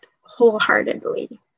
wholeheartedly